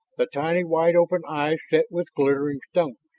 the tiny wide-open eyes set with glittering stones.